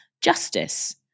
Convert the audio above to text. justice